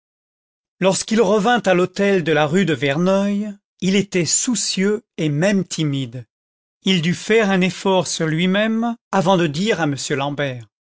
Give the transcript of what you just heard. lorsqu'il revint à l'hôtel delaruedeverneuil il était soucieux et même timide il dut faire un effort sur lui-même avant de dire à m